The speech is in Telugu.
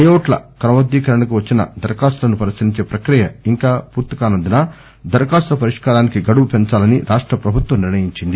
లేఅవుట్ల క్రమబద్దీకరణకు వచ్చిన దరఖాస్తులను పరిశీలించే ప్రక్రియ ఇంకా పూర్తి కానందున దరఖాస్తుల పరిష్కారానికి గడువు పెందాలని రాష్ట ప్రభుత్వం నిర్ణయించింది